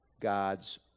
God's